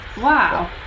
Wow